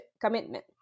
commitment